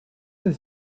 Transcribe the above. it’s